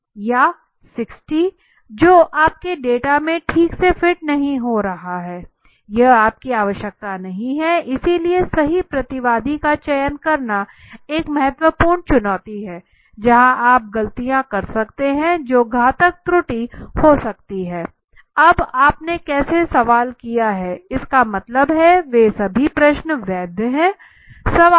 या 60 जो आपके डेटा में ठीक से फिट नहीं हो रहा है यह आपकी आवश्यकता नहीं है इसलिए सही प्रतिवादी का चयन करना एक महत्वपूर्ण चुनौती है जहां आप गलतियाँ कर सकते हैं जो घातक त्रुटि हो सकती है अब आपने कैसे सवाल किया है इसका मतलब है के सभी प्रश्न वैध हैं